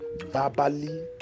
verbally